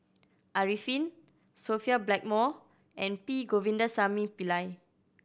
Arifin Sophia Blackmore and P Govindasamy Pillai